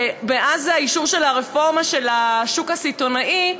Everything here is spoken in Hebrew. מאז האישור של הרפורמה של השוק הסיטונאי,